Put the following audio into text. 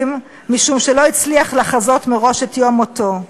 משום שלא הצליח לחזות מראש את יום מותו.